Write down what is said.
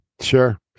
Sure